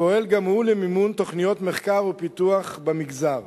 פועל גם הוא למימון תוכניות מחקר ופיתוח במגזר.